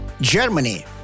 Germany